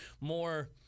more—